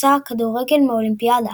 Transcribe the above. הוצא הכדורגל מהאולימפיאדה.